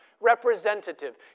representative